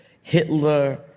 Hitler